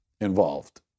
involved